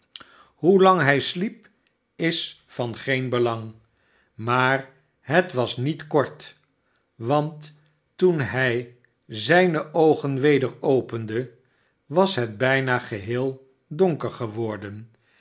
hoelang hij sliep is van geen belang maar het was met kort want toen hij zijne oogen weder opende was het bijna geheel honker geworden